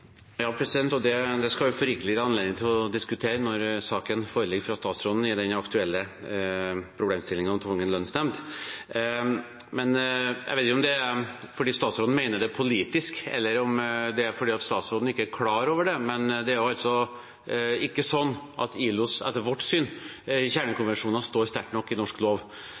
Det skal vi få rikelig anledning til å diskutere når saken foreligger fra statsråden i den aktuelle problemstillingen om tvungen lønnsnemnd. Jeg vet ikke om det er fordi statsråden mener det politisk, eller om det er fordi statsråden ikke er klar over det, men det er ikke sånn at ILOs kjernekonvensjoner, etter vårt syn, står sterkt nok i norsk lov.